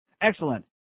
Excellent